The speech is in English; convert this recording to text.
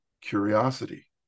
curiosity